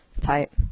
Tight